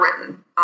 written